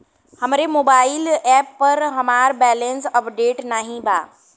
हमरे mobile app पर हमार बैलैंस अपडेट नाई बा